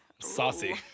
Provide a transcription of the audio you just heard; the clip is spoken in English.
saucy